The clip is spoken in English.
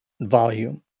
volume